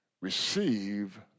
receive